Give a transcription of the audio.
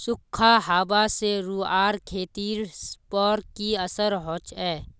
सुखखा हाबा से रूआँर खेतीर पोर की असर होचए?